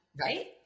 right